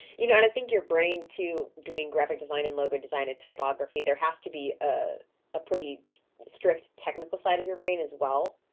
you know what i think your brain too, doing graphic design and logo design and typography. there has to be a ah pretty strict technical side of your brain as well.